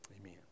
Amen